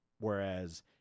Whereas